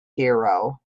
hero